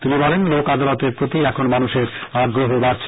তিনি বলেন লোক আদালতের প্রতি এখন মানুষের আগ্রহ বাড়ছে